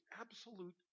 absolute